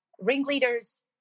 ringleaders